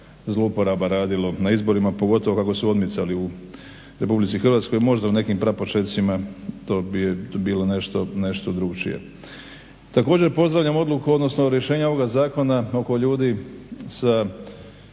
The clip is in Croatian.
zlouporaba radilo na izborima, pogotovo kako su odmicali u Republici Hrvatskoj, možda u nekim prapočecima to bi bilo nešto drukčije. Također pozdravljam odluku, odnosno rješenje ovoga zakona oko ljudi sa